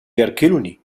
يركلني